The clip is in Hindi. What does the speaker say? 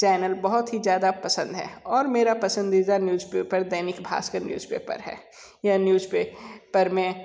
चैनल बहुत ही ज़्यादा पसंद हैं और मेरा पसंदीदा news paper Dainik Bhaskar news paper है यह न्यूज पे पर में